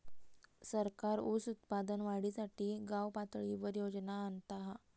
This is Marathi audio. सरकार ऊस उत्पादन वाढीसाठी गावपातळीवर योजना आणता हा